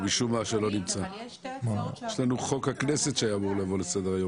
הצעת חוק משפחות חיילים שנספו במערכה (תגמולים ושיקום)